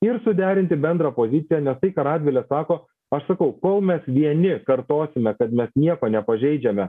ir suderinti bendrą poziciją nes tai ką radvilė sako aš sakau kol mes vieni kartosime kad mes nieko nepažeidžiame